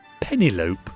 Penelope